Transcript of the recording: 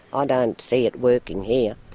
um and and see it working here.